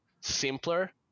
simpler